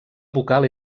vocal